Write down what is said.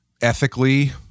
ethically